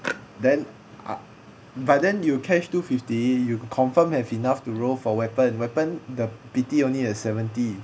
then ah but then you cash two fifty you confirm have enough to roll for weapon weapon the pity only at seventy